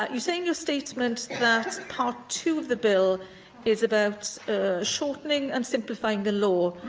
ah you say in your statement that part two of the bill is about shortening and simplifying the law,